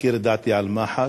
מכיר את דעתי על מח"ש.